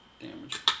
damage